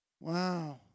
wow